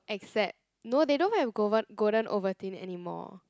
except no they don't have goven~ golden ovaltine anymore